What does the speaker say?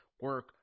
Work